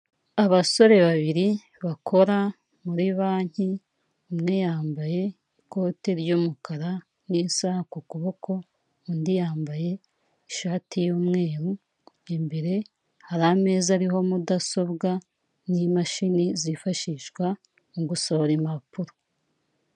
abasore babiri bakora muri banki umwe yambaye ikote ry'umukara n'saha ku kuboko undi yambaye ishati y'umweru, imbere hari ameza ariho mudasobwa n'imashini zifashishwa mu gusohora impapuro.